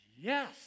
yes